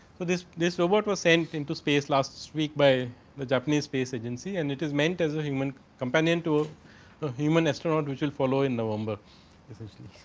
but this this robot was saying him to space last week by the japanese space agency. and it is man it has a human companion to ah a human astronaut, which will follow in november essentially.